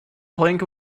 plank